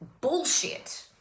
bullshit